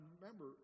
remember